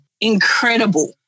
Incredible